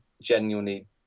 genuinely